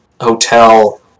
hotel